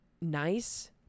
nice